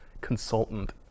Consultant